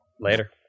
Later